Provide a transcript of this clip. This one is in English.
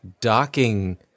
docking